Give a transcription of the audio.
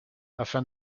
afin